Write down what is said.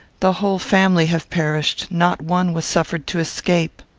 the whole family have perished. not one was suffered to escape.